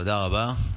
תודה רבה.